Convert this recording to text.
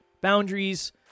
boundaries